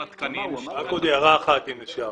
רק עוד הערה אחת, אם אפשר.